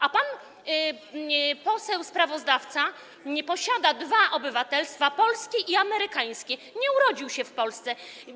A pan poseł sprawozdawca posiada dwa obywatelstwa: polskie i amerykańskie, nie urodził się w Polsce.